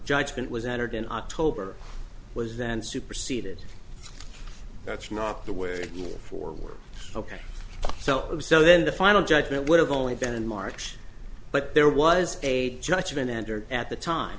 judgment was entered in october was then superseded that's not the way forward ok so so then the final judgment would have only been in march but there was a judgment entered at the time